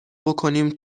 بکنیم